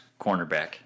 cornerback